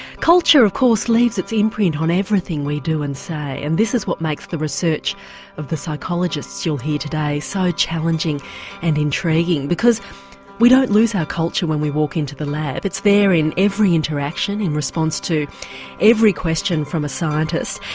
culture of course leaves its imprint on everything we do and say, and this is what makes the research of the psychologists you'll hear today so challenging and intriguing, because we don't lose our culture when we walk into the lab, it's there in every interaction, in response to every question from a scientist,